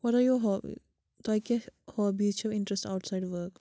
what are your hobby تۄہہِ کیٛاہ hobbies چھو اِنٹرٛٮ۪سٹ آوُٹ سایڈ ؤک